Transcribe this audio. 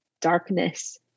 darkness